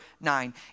nine